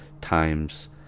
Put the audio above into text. times